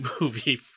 movie